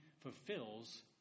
fulfills